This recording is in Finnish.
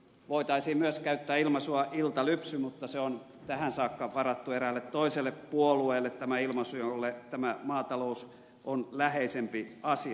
voitaisiin myös käyttää ilmaisua iltalypsy mutta tämä ilmaisu on tähän saakka varattu eräälle toiselle puolueelle jolle tämä maatalous on läheisempi asia